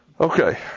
Okay